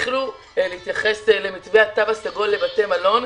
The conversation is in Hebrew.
יתחילו להתייחס למתווה התו הסגול לבתי המלון.